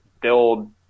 build